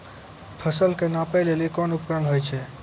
फसल कऽ नापै लेली कोन उपकरण होय छै?